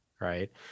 right